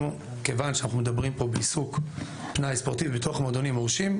כיוון שאנחנו מדברים פה בעיסוק פנאי ספורטיבי בתוך מועדונים מורשים,